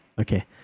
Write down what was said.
Okay